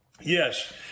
yes